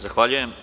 Zahvaljujem.